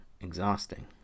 exhausting